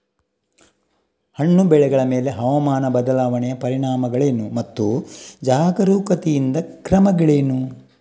ಹಣ್ಣು ಬೆಳೆಗಳ ಮೇಲೆ ಹವಾಮಾನ ಬದಲಾವಣೆಯ ಪರಿಣಾಮಗಳೇನು ಮತ್ತು ಜಾಗರೂಕತೆಯಿಂದ ಕ್ರಮಗಳೇನು?